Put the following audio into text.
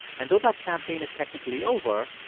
and though that campaign is technically over,